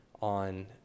on